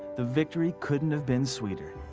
the victory couldn't have been sweeter.